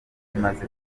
bimaze